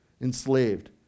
enslaved